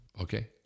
okay